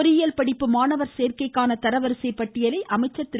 பொறியியல் படிப்பு மாணவர் சேர்க்கைக்கான தரவரிசை பட்டியலை அமைச்சர் திரு